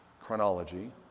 chronology